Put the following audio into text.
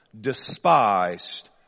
despised